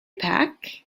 pack